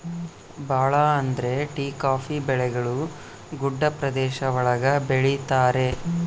ಭಾಳ ಅಂದ್ರೆ tea coffee ಬೆಳೆಗಳು ಗುಡ್ಡ ಪ್ರದೇಶ ಒಳಗ ಬೆಳಿತರೆ